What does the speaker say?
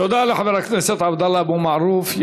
תודה לחבר הכנסת עבדאללה אבו מערוף.